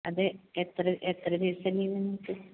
അത് എത്ര എത്ര ദിവസം ലീവ് ആണ് നിങ്ങൾക്ക്